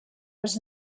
was